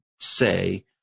say